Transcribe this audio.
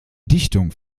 dichtung